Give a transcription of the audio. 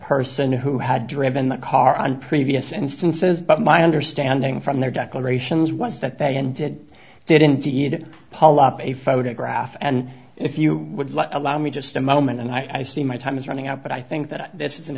person who had driven the car on previous instances but my understanding from their declarations was that they and did did indeed paul up a photograph and if you would let allow me just a moment and i see my time's running out but i think that this is an